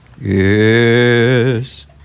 Yes